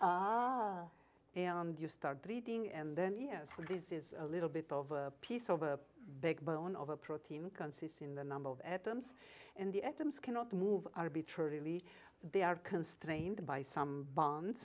and you start breeding and then yes this is a little bit of a piece of a big bone of a protein consists in the number of atoms in the atoms cannot move arbitrarily they are constrained by some bonds